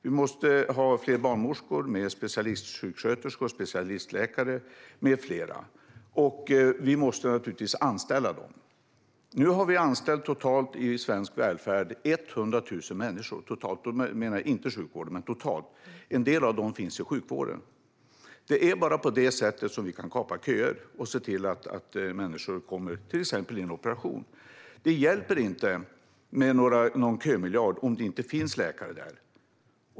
Vi måste ha fler barnmorskor, specialistsjuksköterskor, specialistläkare med flera. Och vi måste naturligtvis anställa dem. Nu har vi totalt i svensk välfärd anställt 100 000 människor. En del av dem finns i sjukvården. Det är bara på det sättet som vi kan kapa köer och se till att människor kommer till exempel till en operation. Det hjälper inte med en kömiljard om det inte finns läkare.